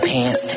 Pants